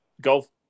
golf